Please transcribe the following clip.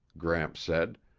gramps said,